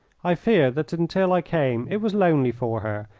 i fear that until i came it was lonely for her,